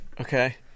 Okay